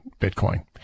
Bitcoin